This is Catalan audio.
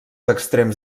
extrems